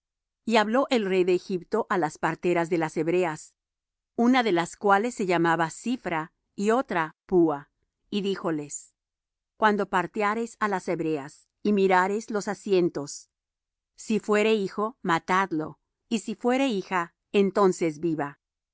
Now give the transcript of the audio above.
y habló el rey de egipto á las parteras de las hebreas una de las cuales se llamaba siphra y otra phúa y díjoles cuando parteareis á las hebreas y mirareis los asientos si fuere hijo matadlo y si fuere hija entonces viva